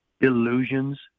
illusions